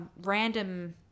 random